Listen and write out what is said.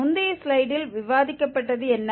முந்தைய ஸ்லைடில் விவாதிக்கப்பட்டது என்ன